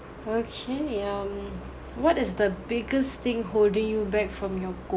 okay um what is the biggest thing holding you back from your goal